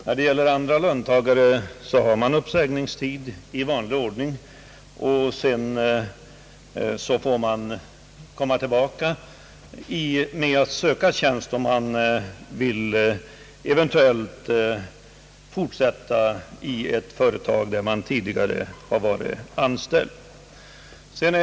När det gäller andra löntagare än statstjänare förekommer en uppsägningstid i vanlig ordning, och sedan får vederbörande komma tillbaka och söka tjänst om han eventuellt vill fortsätta i det företag där han tidigare har varit anställd.